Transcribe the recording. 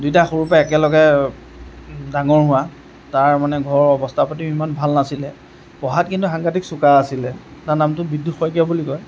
দুয়োটাই সৰুৰ পৰা একেলগে ডাঙৰ হোৱা তাৰ মানে ঘৰৰ অৱস্থাপাতিও ইমান ভাল নাছিলে পঢ়াত কিন্তু সাংঘাটিক চোকা আছিলে তাৰ নামটো বিদ্যুৎ শইকীয়া বুলি কয়